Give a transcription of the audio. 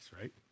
right